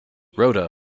rota